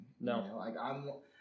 No